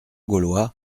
gaulois